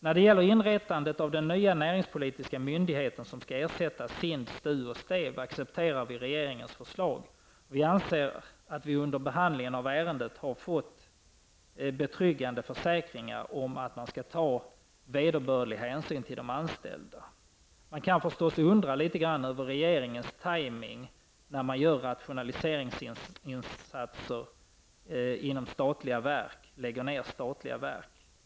När det gäller inrättandet av den nya näringspolitiska myndighet som skall ersätta SIND, Vi anser att vi under behandlingen av ärendet fått betryggande försäkringar om att man skall ta vederbörlig hänsyn till de anställda. Man kan förstås undra något över regeringens timing av rationaliseringsinsatser när man lägger ned statliga verk.